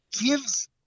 gives